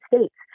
States